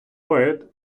поет